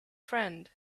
friend